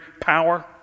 power